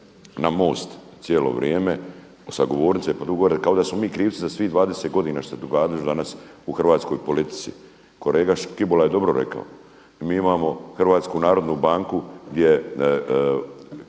na MOST cijelo vrijeme sa govornice pa do gore kao da smo mi krivci za svih 20 godina što se događalo danas u hrvatskoj politici. Kolega Škibola je dobro rekao, mi imamo Hrvatsku narodnu banku gdje